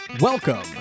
welcome